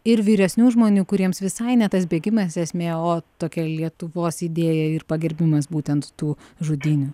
ir vyresnių žmonių kuriems visai ne tas bėgimas esmė o tokia lietuvos idėja ir pagerbimas būtent tų žudynių